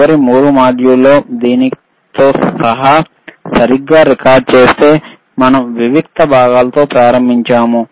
చివరి 3 మాడ్యూళ్ళలో దీనితో సహా సరిగ్గా రికార్డ్ చేస్తే మనం వివిక్త భాగాలతో ప్రారంభించారు